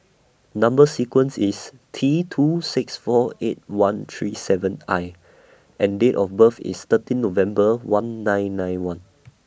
Number sequence IS T two six four eight one three seven I and Date of birth IS thirteen November one nine nine one